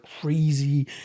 crazy